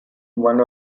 one